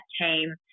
team